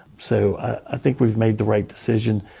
so i think we've made the right decision.